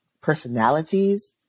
personalities